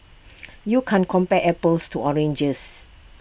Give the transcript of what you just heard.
you can't compare apples to oranges